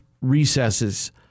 recesses